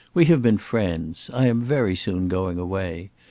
we have been friends. i am very soon going away.